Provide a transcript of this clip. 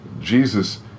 Jesus